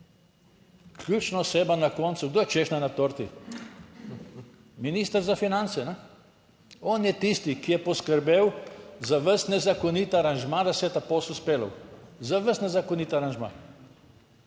Ključna oseba na koncu, kdo je češnja na torti? Minister za finance. On je tisti, ki je poskrbel za ves nezakonit aranžma, da se je ta posel izpeljal, za ves nezakonit aranžma.